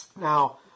Now